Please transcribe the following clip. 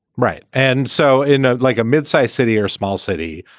right and so in ah like a midsize city or small city,